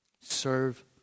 Serve